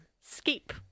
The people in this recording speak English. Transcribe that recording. Scape